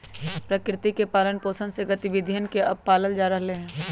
प्रकृति के पालन पोसन के गतिविधियन के अब पाल्ल जा रहले है